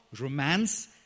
romance